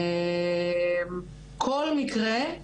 כל מקרה,